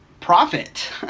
profit